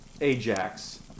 Ajax